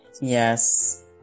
Yes